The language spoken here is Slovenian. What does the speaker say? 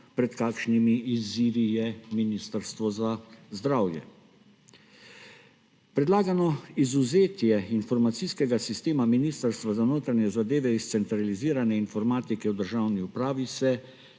pred kakšnimi izzivi je Ministrstvo za zdravje. Predlagano izvzetje informacijskega sistema Ministrstva za notranje zadeve iz centralizirane informatike v državni upravi se